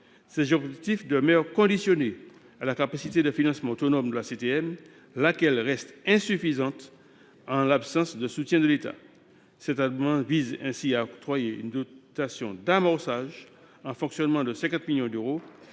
Ces objectifs demeurent conditionnés à la capacité de financement autonome de la CTM, laquelle reste insuffisante en l’absence de soutien de l’État. Cet amendement vise à octroyer une dotation d’amorçage en fonctionnement de 50 millions d’euros